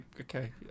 okay